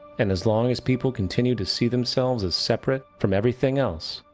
and as long as people continue to see themselves as separate from everything else,